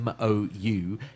MOU